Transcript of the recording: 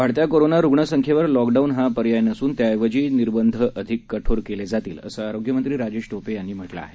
वाढत्या कोरोना रुग्णसंख्येवर लॉकडाऊन हा पर्याय नसून त्याऐवजी निर्बंध अधिक कठोर केले जातील असं आरोग्यमंत्री राजेश ोपे यांनी म्ह लं आहे